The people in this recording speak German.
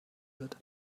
wird